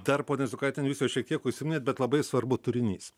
dar ponia izokaitiene jūs jau šiek tiek užsiminėt bet labai svarbu turinys